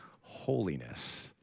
holiness